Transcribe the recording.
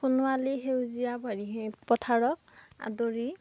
সোণোৱালী সেউজীয়া পথাৰক হেৰি আদৰি